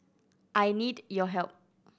I need your help